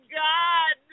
god